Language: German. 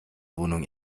wohnung